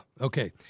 Okay